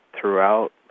throughout